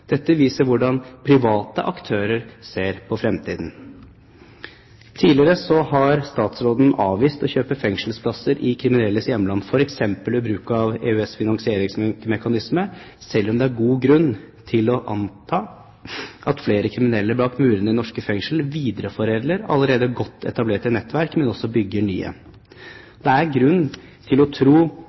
Dette viser hvor alvorlig private aktører ser på fremtiden. Tidligere har statsråden avvist å kjøpe fengselsplasser i kriminelles hjemland, f.eks. ved bruk av EØS-finansieringsmekanisme, selv om det er god grunn til å anta at flere kriminelle bak murene i norske fengsel videreforedler allerede godt etablerte nettverk, men også bygger nye. Det er grunn til å tro